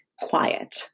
quiet